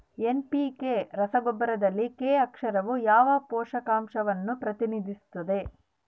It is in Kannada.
ಎನ್.ಪಿ.ಕೆ ರಸಗೊಬ್ಬರದಲ್ಲಿ ಕೆ ಅಕ್ಷರವು ಯಾವ ಪೋಷಕಾಂಶವನ್ನು ಪ್ರತಿನಿಧಿಸುತ್ತದೆ?